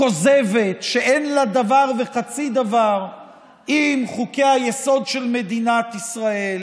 כוזבת שאין לה דבר וחצי דבר עם חוקי-היסוד של מדינת ישראל,